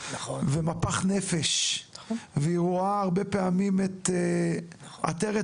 ומפח נפש והיא רואה הרבה פעמים את עטרת